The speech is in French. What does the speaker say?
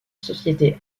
société